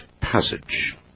passage